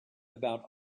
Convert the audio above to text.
about